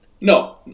No